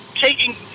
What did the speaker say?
taking